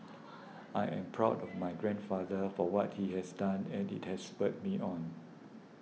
I am proud of my grandfather for what he has done and it has spurred me on